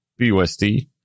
BUSD